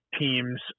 teams